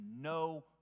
no